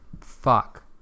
Fuck